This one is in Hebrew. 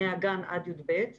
מהגן עד כיתה י"ב,